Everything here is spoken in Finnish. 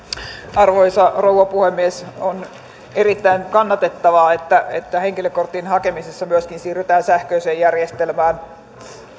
arvoisa rouva puhemies on erittäin kannatettavaa että että henkilökortin hakemisessa myöskin siirrytään sähköiseen järjestelmään